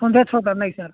ସନ୍ଧ୍ୟା ଛଅଟା ନାଇ ସାର୍